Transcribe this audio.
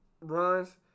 runs